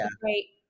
great